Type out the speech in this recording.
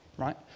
right